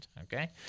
okay